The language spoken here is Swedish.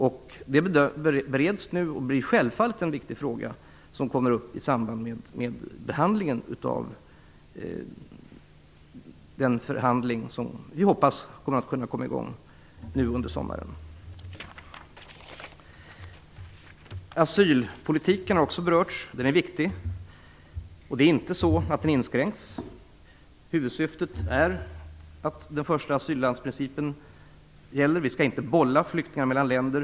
Frågan bereds nu och blir självfallet en viktig punkt som kommer upp i samband med den förhandling som vi hoppas kunna komma i gång nu under sommaren. Asylpolitiken har också berörts. Den är viktig. Det är inte så att asylrätten inskränks. Huvudsyftet är att det är första asyllandsprincipen som skall gälla. Flyktingar skall icke bollas mellan länder.